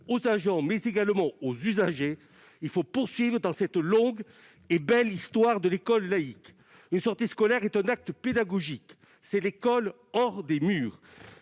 aux agents, mais également aux usagers. Il faut poursuivre dans cette longue et belle histoire de l'école laïque. Une sortie scolaire est un acte pédagogique ; c'est l'école hors des murs.